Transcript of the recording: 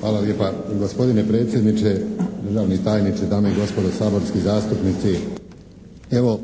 Hvala lijepa. Gospodine predsjedniče, državni tajniče, dame i gospodo saborski zastupnici evo